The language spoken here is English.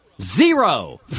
Zero